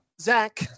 zach